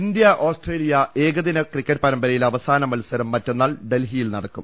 India Australia ഏകദിനിക്രിക്കറ്റ് പരമ്പരയിലെ അവസാന മത്സരം മറ്റുന്നാൾ ഡൽഹിയിൽ നടക്കും